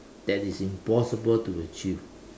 that is impossible to achieve